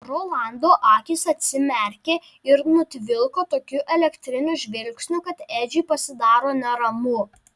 rolando akys atsimerkia ir nutvilko tokiu elektriniu žvilgsniu kad edžiui pasidaro neramu